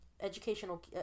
educational